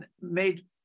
made